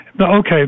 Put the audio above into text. okay